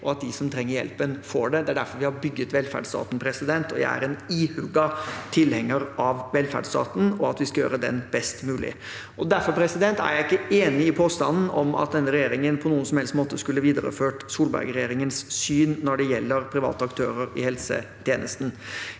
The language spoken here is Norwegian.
og at de som trenger hjelpen, får det. Det er derfor vi har bygd velferdsstaten, og jeg er en ihuga tilhenger av velferdsstaten og at vi skal gjøre den best mulig. Derfor er jeg ikke enig i påstanden om at denne regjeringen på noen som helst måte viderefører Solberg-regjeringens syn når det gjelder private aktører i helsetjenesten.